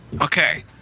Okay